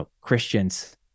Christians